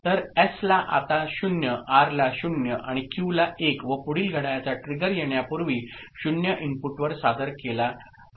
तर एसला आता 0 आरला 0 आणि क्यूला 1 व पुढील घड्याळाचा ट्रिगर येण्यापूर्वी 0 इनपुटवर सादर केला आहे